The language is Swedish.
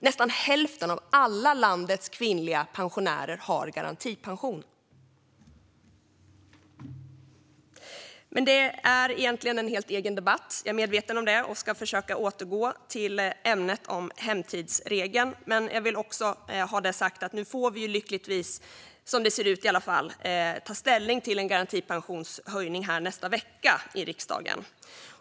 Nästan hälften av alla landets kvinnliga pensionärer har garantipension. Jag är medveten om att det egentligen är en helt egen debatt och ska försöka återgå till ämnet hemtidsregeln. Nu får vi ju lyckligtvis, som det ser ut i alla fall, ta ställning till en garantipensionshöjning nästa vecka här i riksdagen.